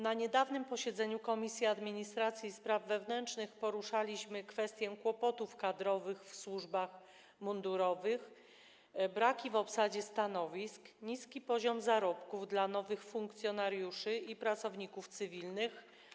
Na niedawnym posiedzeniu Komisji Administracji i Spraw Wewnętrznych poruszaliśmy kwestię kłopotów kadrowych w służbach mundurowych, braków, jeśli chodzi o obsadę stanowisk, niskiego poziomu zarobków dla nowych funkcjonariuszy i pracowników cywilnych.